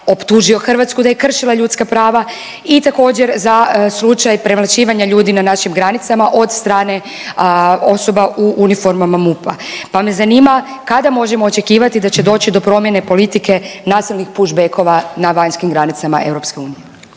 optužio Hrvatsku da je kršila ljudska prava i također, za slučaj premlaćivanja ljudi na našim granicama od strane osoba u uniformama MUP-a pa me zanima kada možemo očekivati da će doći do promjene politike nasilnih push-backova na vanjskim granicama EU.